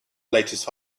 latest